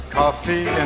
coffee